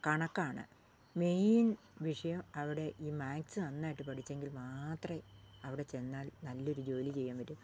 കണക്കാണ് മെയിൻ വിഷയം അവിടെ ഈ മാക്സ് നന്നായിട്ട് പഠിച്ചെങ്കിൽ മാത്രമേ അവിടെ ചെന്നാൽ നല്ലൊരു ജോലി ചെയ്യാൻ പറ്റും